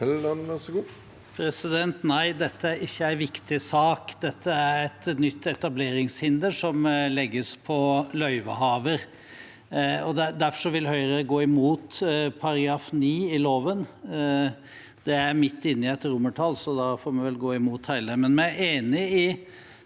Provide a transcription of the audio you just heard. Nei, dette er ikke en viktig sak. Dette er et nytt etableringshinder som legges på løyvehaver, og derfor vil Høyre gå imot § 9 i loven. Det er midt inne i et romertall, så da får vi vel gå imot hele.